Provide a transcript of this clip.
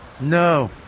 No